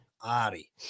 Ari